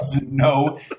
no